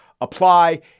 apply